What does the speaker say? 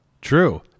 True